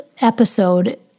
episode